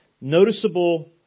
noticeable